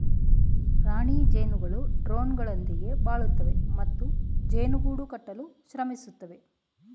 ರಾಣಿ ಜೇನುಗಳು ಡ್ರೋನ್ಗಳೊಂದಿಗೆ ಬಾಳುತ್ತವೆ ಮತ್ತು ಜೇನು ಗೂಡು ಕಟ್ಟಲು ಶ್ರಮಿಸುತ್ತವೆ